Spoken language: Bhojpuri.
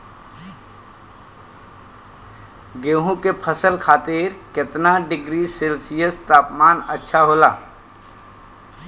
गेहूँ के फसल खातीर कितना डिग्री सेल्सीयस तापमान अच्छा होला?